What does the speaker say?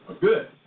Good